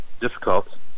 difficult